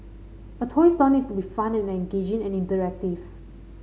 a toy store needs to be fun and engaging and interactive